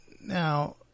Now